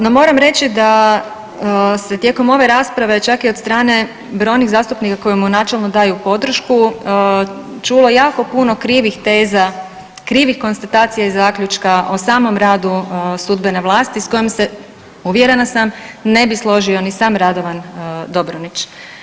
No, moram reći da se tijekom ove rasprave čak i od strane bar onih zastupnika koji mu načelno daju podršku čulo jako puno krivih teza, krivih konstatacija i zaključka o samom radu sudbene vlasti sa kojom se uvjerena sam ne bi složio ni sam Radovan Dobronić.